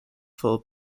full